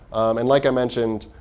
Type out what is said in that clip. and like i mentioned,